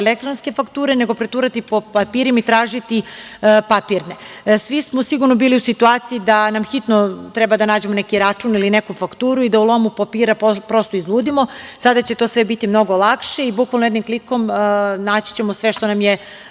elektronske fakture nego preturati po papirima i tražiti papirne. Svi smo sigurno bili u situaciji da hitno treba da nađemo neki račun ili neku fakturu i da u lomu papira prosto izludimo, sada će to sve biti mnogo lakše i bukvalno jednim klikom naći ćemo sve što nam je